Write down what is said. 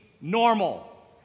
normal